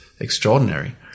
extraordinary